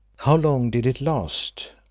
how long did it last?